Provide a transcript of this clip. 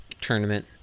tournament